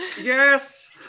Yes